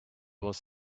was